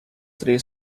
three